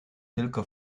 tylko